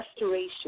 restoration